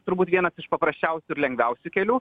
turbūt vienas iš paprasčiausių ir lengviausių kelių